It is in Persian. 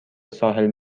ساحل